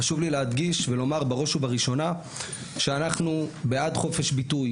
חשוב לי להדגיש ולומר בראש ובראשונה שאנחנו בעד חופש ביטוי.